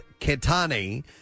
Ketani